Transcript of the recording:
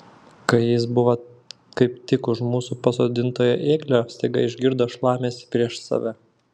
kai jis buvo kaip tik už mūsų pasodintojo ėglio staiga išgirdo šlamesį prieš save